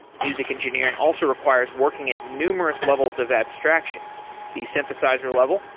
music engineering also requires working at numerous levels of abstraction the synthesizer level,